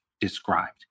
described